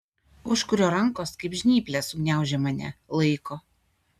užkurio rankos kaip žnyplės sugniaužė mane laiko